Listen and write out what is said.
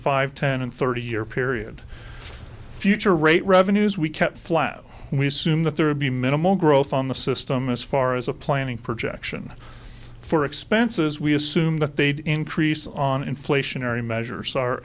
five ten and thirty year period future rate revenues we kept flat we assume that there would be minimal growth on the system as far as a planning projection for expenses we assumed that they'd increase on inflationary measures are